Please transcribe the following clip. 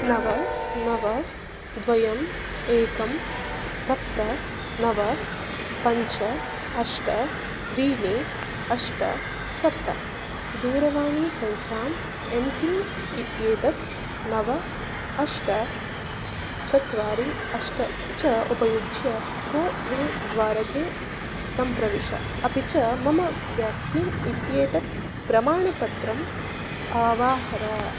नव नव द्वे एकं सप्त नव पञ्च अष्ट त्रीणि अष्ट सप्त दूरवाणीसङ्ख्याम् एम्फिन् इत्येतत् नव अष्ट चत्वारि अष्ट च उपयुज्य कोविन् द्वारके सम्प्रविश अपि च मम व्याक्सीन् इत्येतत् प्रमाणपत्रम् अवाहर